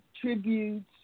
tributes